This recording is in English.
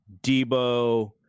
debo